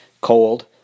cold